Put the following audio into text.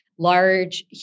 large